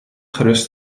gerust